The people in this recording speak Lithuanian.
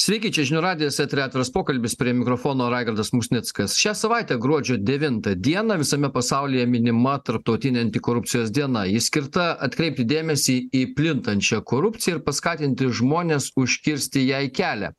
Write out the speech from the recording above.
sveiki čia žinių radijas eteryje atviras pokalbis prie mikrofono raigardas musnickas šią savaitę gruodžio devintą dieną visame pasaulyje minima tarptautinė antikorupcijos diena ji skirta atkreipti dėmesį į plintančią korupciją ir paskatinti žmones užkirsti jai kelią